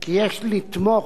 כי יש לתמוך